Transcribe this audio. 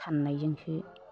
साननायजोंसो